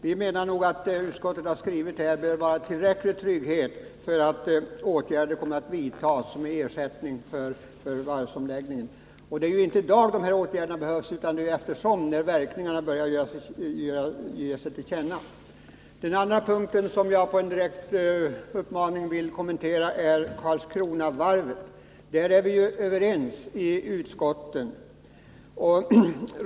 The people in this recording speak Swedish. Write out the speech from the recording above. Vi menar att vad utskottsmajoriteten har skrivit innebär en tillräcklig trygghet för att åtgärder kommer att vidtas som ersättning för varvsomläggningen. Det är inte i dag som dessa åtgärder behövs, utan det är senare, när verkningarna börjar ge sig till känna. Den andra punkten som jag på en direkt uppmaning vill kommentera gäller Karlskronavarvet. I fråga om detta varv är vi överens i utskotten.